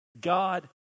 God